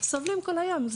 סובלים כל היום.